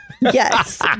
yes